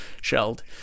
shelled